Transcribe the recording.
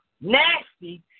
nasty